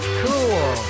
cool